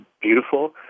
beautiful